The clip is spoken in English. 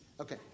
okay